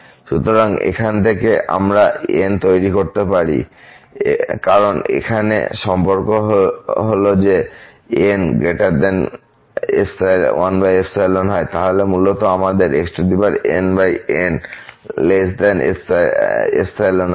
সুতরাং এর থেকে আমরা এখন N তৈরি করতে পারি কারণ এখানে সম্পর্ক হল যে যদি এই n1হয় তাহলে মূলত আমাদের xnnϵ আছে